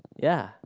ya